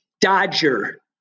Dodger